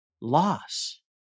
loss